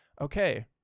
okay